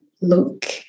look